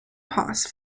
pass